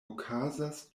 okazas